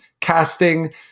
casting